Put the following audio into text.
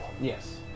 Yes